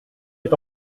est